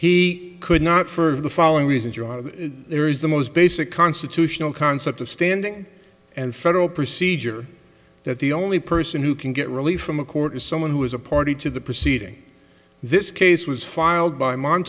he could not for the following reasons you are there is the most basic constitutional concept of standing and federal procedure that the only person who can get relief from a court is someone who is a party to the proceeding this case was filed by mo